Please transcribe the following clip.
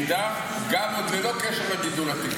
בירידה, גם ללא קשר לגידול הטבעי.